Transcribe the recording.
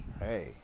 hey